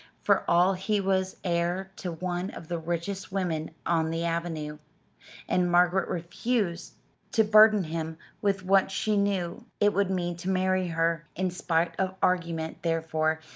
for all he was heir to one of the richest women on the avenue and margaret refused to burden him with what she knew it would mean to marry her. in spite of argument, therefore,